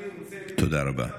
תודה רבה.